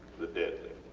the deadlift,